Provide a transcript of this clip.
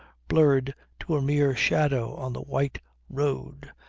blurred to a mere shadow on the white road,